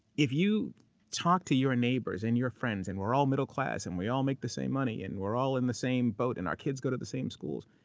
if you talk to your neighbors and your friends and we're all middle-class, and we all make the same money, and we're all in the same boat and our kids go to the same schools,